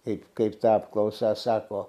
kaip kaip ta apklausa sako